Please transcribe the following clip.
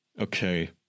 Okay